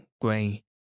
grey